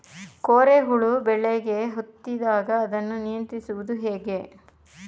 ಕೋರೆ ಹುಳು ಬೆಳೆಗೆ ಹತ್ತಿದಾಗ ಅದನ್ನು ನಿಯಂತ್ರಿಸುವುದು ಹೇಗೆ?